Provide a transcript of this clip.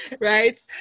right